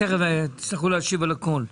תכף תצטרכו להשיב על הכול.